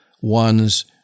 one's